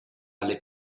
alle